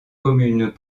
communes